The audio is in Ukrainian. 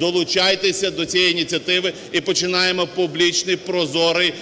долучайтеся до цієї ініціативи, і починаємо публічне й прозоре